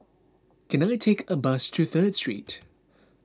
can I take a bus to Third Street